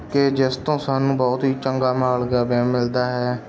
ਕਿ ਜਿਸ ਤੋਂ ਸਾਨੂੰ ਬਹੁਤ ਹੀ ਚੰਗਾ ਮਾਲੀਆ ਪਿਆ ਮਿਲਦਾ ਹੈ